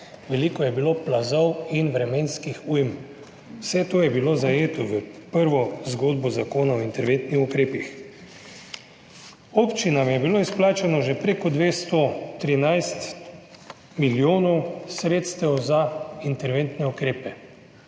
veliko je bilo plazov in vremenskih ujm. Vse to je bilo zajeto v prvo zgodbo Zakona o interventnih ukrepih. Občinam je bilo izplačano že preko 213 milijonov sredstev za interventne ukrepe.